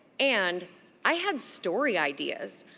and i had story ideas,